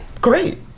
Great